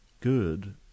good